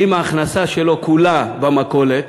אם ההכנסה שלו כולה במכולת,